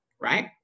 right